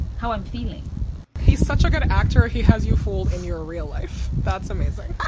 how i'm feeling he's such a good actor. he has you fooled in your real life. that's amazing